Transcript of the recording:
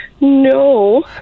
no